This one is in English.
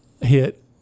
hit